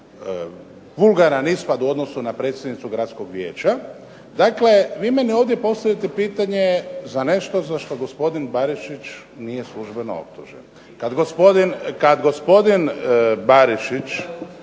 vulgaran ispad u odnosu na predsjednicu gradskog vijeća. Dakle vi meni ovdje postavljate pitanje za nešto za što gospodin Barišić nije službeno optužen. Kad gospodin Barišić